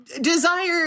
desire